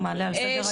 הוא מעלה על סדר היום